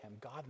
God